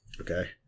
Okay